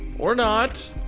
or not.